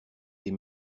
des